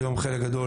היום חלק גדול,